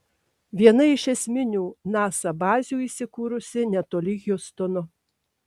viena iš esminių nasa bazių įsikūrusi netoli hjustono